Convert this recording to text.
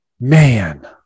Man